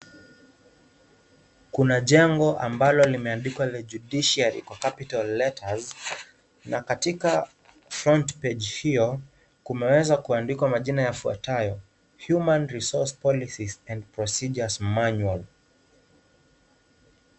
Kuna jengo ambalo limeandikwa the judiciary kwa capital letters , na katika front page hio kumeweza kuandikwa majina yafuatayo Human resource policies and procedures manual .